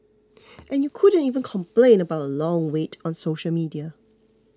and you couldn't even complain about long wait on social media